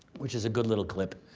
which is a good little clip,